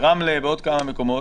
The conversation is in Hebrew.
ברמלה ובעוד כמה מקומות.